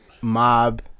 mob